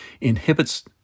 inhibits